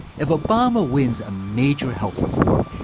if obama wins a major health reform,